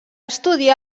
estudiar